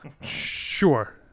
sure